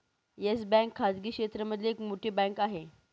yes Bank खाजगी क्षेत्र मधली एक मोठी बँक आहे